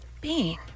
Bean